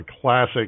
classic